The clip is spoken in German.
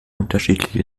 unterschiedliche